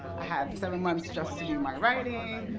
i had seven months just to do my writing,